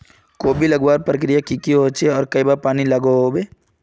कोबी लगवार प्रक्रिया की की होचे आर कई बार पानी लागोहो होबे?